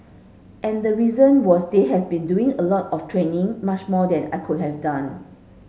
and the reason was they had been doing a lot of training much more than I could have done